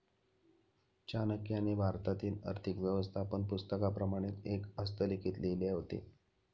चाणक्याने भारतातील आर्थिक व्यवस्थापन पुस्तकाप्रमाणेच एक हस्तलिखित लिहिले होते